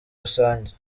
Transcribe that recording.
rusange